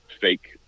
fake